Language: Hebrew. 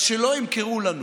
אז שלא ימכרו לנו